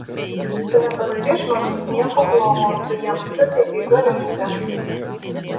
tu nepadarei žmonėms nieko blogo tu jiems suteikei galimybę